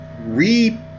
re-